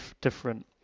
different